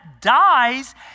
dies